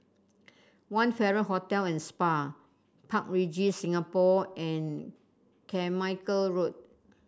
One Farrer Hotel And Spa Park Regis Singapore and Carmichael Road